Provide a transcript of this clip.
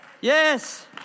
Yes